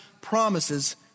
promises